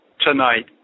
tonight